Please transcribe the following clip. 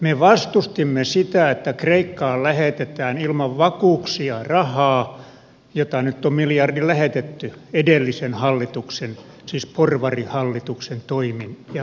me vastustimme sitä että kreikkaan lähetetään ilman vakuuksia rahaa jota nyt on miljardi lähetetty edellisen hallituksen siis porvarihallituksen toimin ja voimin